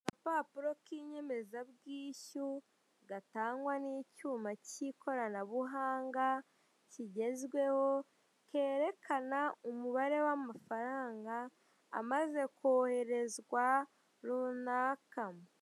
Agapapuro k'inyemezabwishyu gatangwa n'icyuma cy'ikoranabuhanga kigezweho, kerekana umubare w'amafaranga amaze koherezwa runaka.